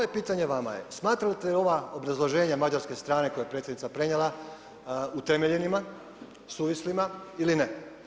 Moje pitanje vama je smatrate li ova obrazloženja mađarske strane koje je predsjednica prenijela utemeljenima, suvislima ili ne?